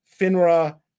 Finra